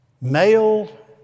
Male